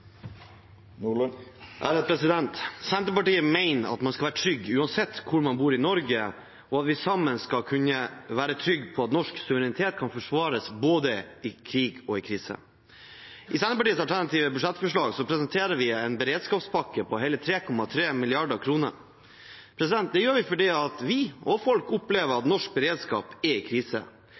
Senterpartiet mener at man skal være trygg uansett hvor man bor i Norge, og at vi sammen skal kunne være trygge på at norsk suverenitet kan forsvares både i krig og i krise. I Senterpartiets alternative budsjettforslag presenterer vi en beredskapspakke på hele 3,3 mrd. kr. Det gjør vi fordi vi – og folk – opplever at norsk beredskap er i krise.